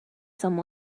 some